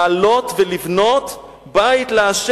לעלות ולבנות בית לה'.